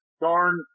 darn